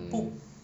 mm